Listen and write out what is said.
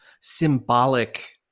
symbolic